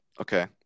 okay